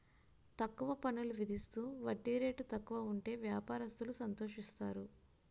తక్కువ పన్నులు విధిస్తూ వడ్డీ రేటు తక్కువ ఉంటే వ్యాపారస్తులు సంతోషిస్తారు